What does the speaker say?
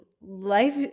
life